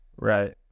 Right